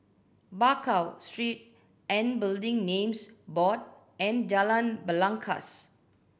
Bakau Street and Building Names Board and Jalan Belangkas